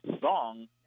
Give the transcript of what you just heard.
song